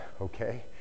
okay